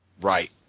Right